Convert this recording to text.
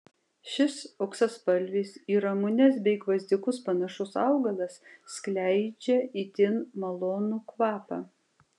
šis auksaspalvis į ramunes bei gvazdikus panašus augalas skleidžia itin malonų kvapą